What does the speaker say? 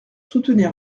soutenir